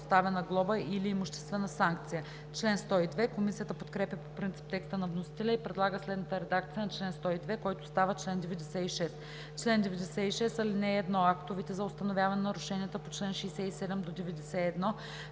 Актовете за установяване на нарушенията по чл. 67 – 91